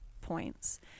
points